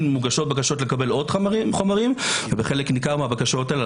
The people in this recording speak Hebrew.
מוגשות בקשות לקבל עוד חומרים ובחלק ניכר מהחומרים האלה,